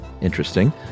interesting